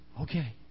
Okay